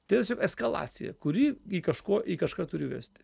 tai tiesiog eskalacija kuri į kažko į kažką turi vesti